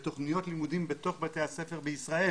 בתוכניות לימודים בתוך בתי הספר בישראל